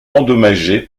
endommagé